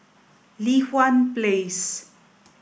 Li Hwan Place